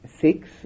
six